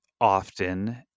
often